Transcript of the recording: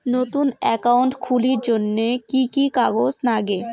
নতুন একাউন্ট খুলির জন্যে কি কি কাগজ নাগে?